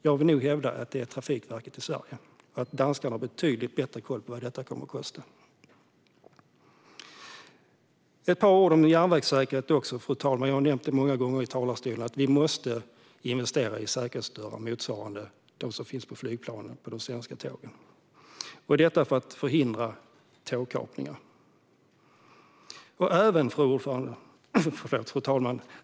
Jag vill nog hävda att det är Trafikverket i Sverige och att danskarna har betydligt bättre koll på vad detta kommer att kosta. Jag ska också säga några ord om järnvägssäkerhet. Jag har många gånger i talarstolen nämnt att vi måste investera i säkerhetsdörrar på de svenska tågen som motsvarar de dörrar som finns på flygplanen för att förhindra tågkapningar. Fru talman!